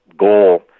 goal